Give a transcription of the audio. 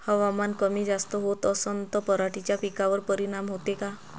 हवामान कमी जास्त होत असन त पराटीच्या पिकावर परिनाम होते का?